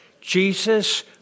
Jesus